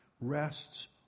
rests